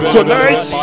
Tonight